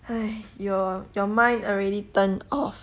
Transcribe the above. !hais! your your mind already turn off